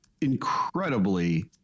incredibly